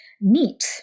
neat